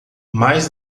mais